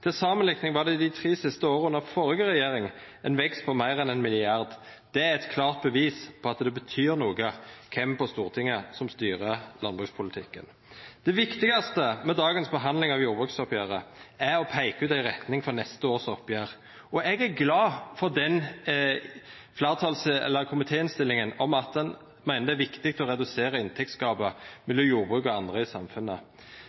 Til samanlikning var det dei tre siste åra under førre regjering ein vekst på meir enn éin milliard. Det er eit klart bevis på at det betyr noko kven på Stortinget som styrer landbrukspolitikken. Det viktigaste med dagens behandling av jordbruksoppgjeret er å peika ut ei retning for neste års oppgjer. Eg er glad for at ein i komitéinnstillinga meiner det er «viktig å redusere inntektsgapet